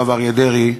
הרב אריה דרעי,